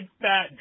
fat